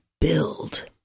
build